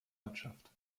ortschaft